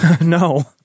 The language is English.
No